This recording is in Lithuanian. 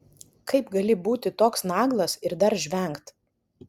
kaip gali būti toks naglas ir dar žvengt